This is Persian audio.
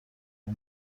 اون